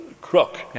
crook